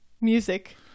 music